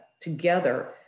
together